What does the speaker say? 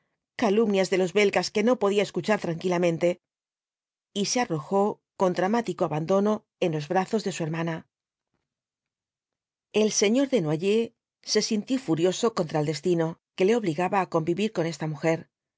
calumnias de los belgas que no podía escuchar tranquilamente y se arrojó con dramático abandono en los brazos de vsu hermana el señor desnoyers se sintió furioso contra el destino que le obligaba á convivir con esta mujer